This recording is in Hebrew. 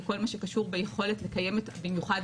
במיוחד